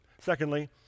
Secondly